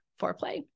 foreplay